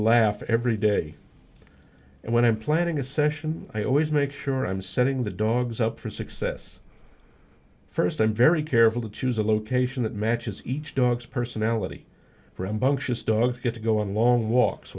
laugh every day and when i'm planning a session i always make sure i'm setting the dogs up for success first i'm very careful to choose a location that matches each dog's personality rambunctious dog get to go on long walks